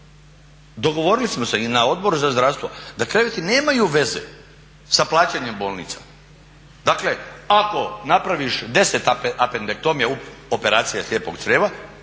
Dogovorili smo se i na Odboru za zdravstvo da kreveti nemaju veze sa plaćanjem bolnica. Dakle ako napraviš 10 apendektomija, operacija slijepog crijeva